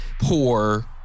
poor